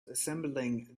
assembling